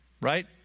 Right